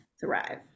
thrive